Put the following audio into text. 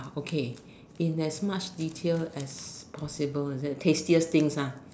okay in as much detail as possible is it tastiest things ah